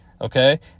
Okay